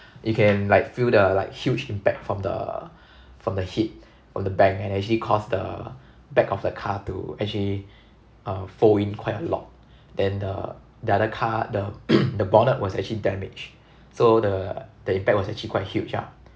you can like feel the like huge impact from the from the hit from the bang and actually caused the back of the car to actually uh fold in quite a lot then the the other car the the bonnet was actually damaged so the the impact was actually quite huge ah